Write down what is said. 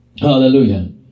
hallelujah